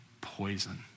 Poison